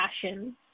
passion